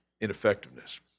ineffectiveness